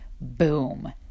Boom